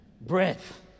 breath